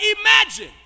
imagine